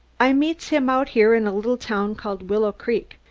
i meets him out here in a little town called willow creek,